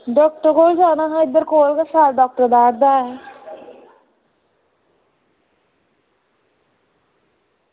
doctor कोल जाना हा इद्धर कोल गै डॉक्टर बैठदा हा